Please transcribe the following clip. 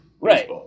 Right